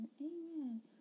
Amen